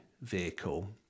vehicle